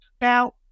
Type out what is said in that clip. Now